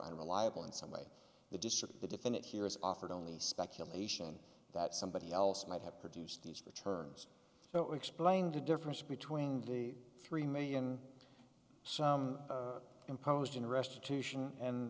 unreliable in some way the district the defendant here is offered only speculation that somebody else might have produced these returns so explain the difference between the three million or so imposed in restitution